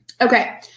Okay